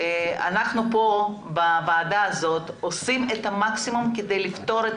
אנחנו בוועדה הזאת עושים את המקסימום כדי לפתור את